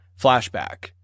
flashback